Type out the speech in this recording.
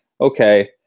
okay